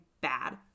bad